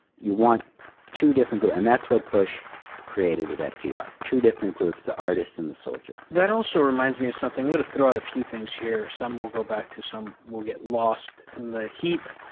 you want two different groups. and that's what bush created with fdr. two different groups, the artists and the soldiers. that also reminds me of something. i'm going to throw out a few things here. some we'll go back to, some will get lost in the heap.